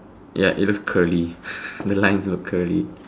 ya it looks curly the lines look curly